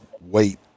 wait